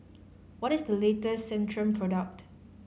what is the later Centrum product